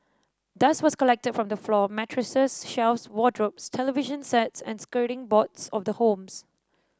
dust was collected from the floor mattresses shelves wardrobes television sets and skirting boards of the homes